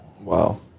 Wow